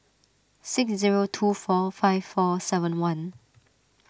six zero two four five four seven one